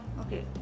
Okay